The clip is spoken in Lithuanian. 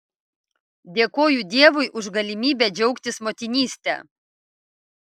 dėkoju dievui už galimybę džiaugtis motinyste